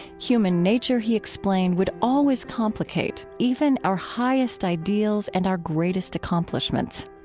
human nature, he explained, would always complicate even our highest ideals and our greatest accomplishments.